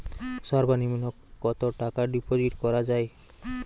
সর্ব নিম্ন কতটাকা ডিপোজিট করা য়ায়?